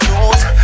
use